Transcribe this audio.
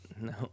No